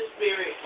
spirit